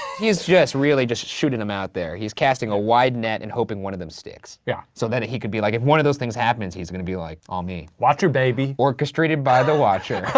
he's just really just shooting them out there. he's casting a wide net and hoping one of them sticks. yeah. so then he could be like if one of those things happens, he's gonna be like all me. watcher, baby. orchestrated by the watcher.